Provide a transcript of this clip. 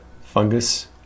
fungus